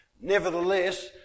Nevertheless